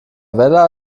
vella